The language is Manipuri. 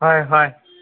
ꯍꯣꯏ ꯍꯣꯏ